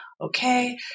okay